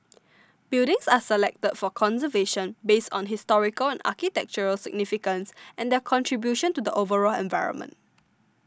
buildings are selected for conservation based on historical and architectural significance and their contribution to the overall environment